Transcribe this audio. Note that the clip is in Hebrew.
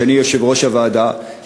אני יושב-ראש הוועדה,